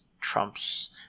Trump's